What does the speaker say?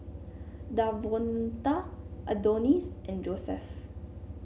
Davonta Adonis and Josef